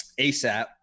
ASAP